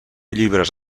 llibres